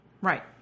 Right